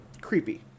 creepy